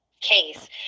case